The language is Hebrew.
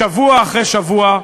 שבוע אחרי שבוע,